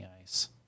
ice